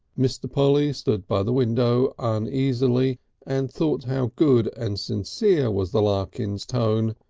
mr. polly stood by the window uneasily and thought how good and sincere was the larkins tone.